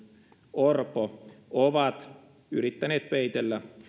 orpo ovat yrittäneet peitellä